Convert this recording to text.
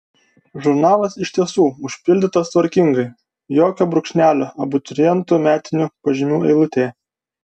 žurnalas iš tiesų užpildytas tvarkingai jokio brūkšnelio abiturientų metinių pažymių eilutėje